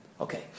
Okay